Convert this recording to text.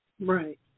Right